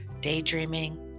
daydreaming